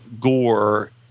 gore